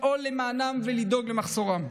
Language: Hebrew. לפעול למענם ולדאוג למחסורם.